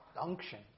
Unction